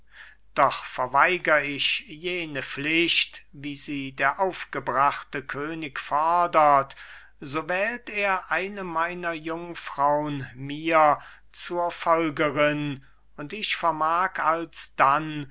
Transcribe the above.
doch verweigr ich jene pflicht wie sie der aufgebrachte könig fordert so wählt er eine meiner jungfraun mir zur folgerin und ich vermag alsdann